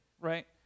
right